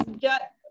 get